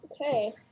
Okay